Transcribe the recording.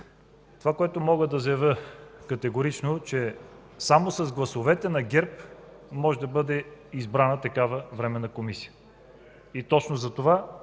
Това, което мога да заявя категорично, че само с гласовете на ГЕРБ може да бъде избрана такава Временна комисия. Точно затова